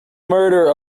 murder